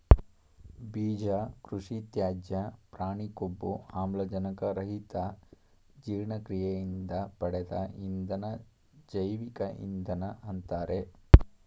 ಬೀಜ ಕೃಷಿತ್ಯಾಜ್ಯ ಪ್ರಾಣಿ ಕೊಬ್ಬು ಆಮ್ಲಜನಕ ರಹಿತ ಜೀರ್ಣಕ್ರಿಯೆಯಿಂದ ಪಡೆದ ಇಂಧನ ಜೈವಿಕ ಇಂಧನ ಅಂತಾರೆ